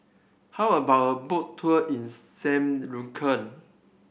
how about a boat tour in Saint Lucia